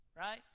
right